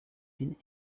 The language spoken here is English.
been